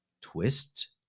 Twist